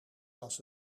was